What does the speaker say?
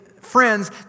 friends